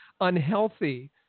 unhealthy